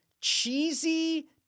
cheesy